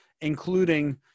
including